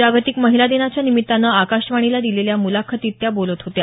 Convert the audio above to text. जागतिक महिला दिनाच्या निमित्तानं आकाशवणीला दिलेल्या मुलाखतीत त्या बोलत होत्या